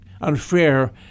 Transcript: unfair